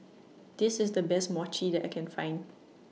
This IS The Best Mochi that I Can Find